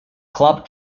club